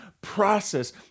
process